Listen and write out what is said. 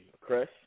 Crush